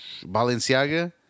Balenciaga